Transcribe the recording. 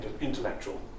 intellectual